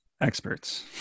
experts